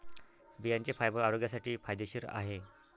बियांचे फायबर आरोग्यासाठी फायदेशीर आहे